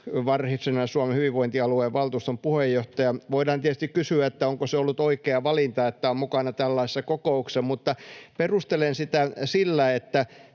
Varsinais-Suomen hyvinvointialueen valtuuston puheenjohtaja. Voidaan tietysti kysyä, onko se ollut oikea valinta, että on mukana tällaisessa kokouksessa, mutta perustelen sitä sillä, että